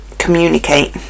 communicate